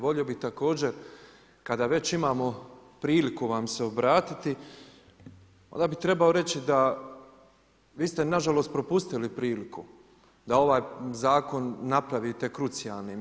Volio bi također, kada već imamo priliku vam se obratiti, onda bi trebao reći, da vi ste nažalost propustili priliku da ovaj zakon napravite krucijalnim.